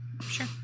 Sure